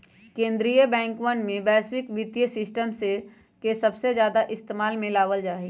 कीन्द्रीय बैंकवन में वैश्विक वित्तीय सिस्टम के सबसे ज्यादा इस्तेमाल में लावल जाहई